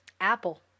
Apple